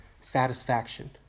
satisfaction